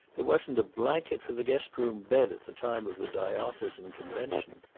there wasn't a blanket for the guest-room bed at the time of the diocesan convention.